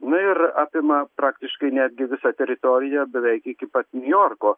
na ir apima praktiškai netgi visą teritoriją beveik iki pat niujorko